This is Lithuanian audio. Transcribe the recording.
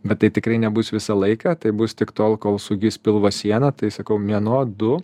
bet tai tikrai nebus visą laiką tai bus tik tol kol sugis pilvo siena tai sakau mėnuo du